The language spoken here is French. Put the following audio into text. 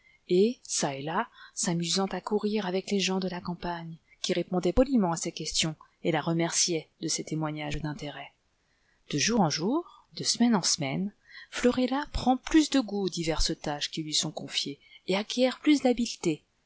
et çà et là s'amusant à courir avec les gens de la campagne qui répondaient poliment à ses questions et la remerciaient de ses témoignages d'intérêt de jour en jour de semaine en semaine florella prend plus de goût aux diverses tâches qui lui sont confiées et acquiert plus d'habileté